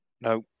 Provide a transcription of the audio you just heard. No